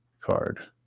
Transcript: card